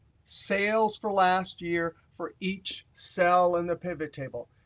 sales for last year for each cell in the pivot table.